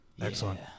Excellent